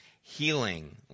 healing